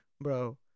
Bro